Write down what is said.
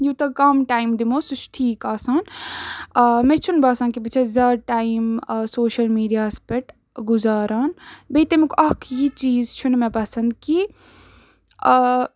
یوٗتاہ کَم ٹایم دِمو سُہ چھِ ٹھیٖک آسان مےٚ چھُنہٕ باسان کہِ بہٕ چھَس زیادٕ ٹایم سوشَل میٖڈیاہَس پٮ۪ٹھ گُزاران بیٚیہِ تمیُک اَکھ یہِ چیٖز چھُنہٕ مےٚ پَسنٛد کہِ